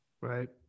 Right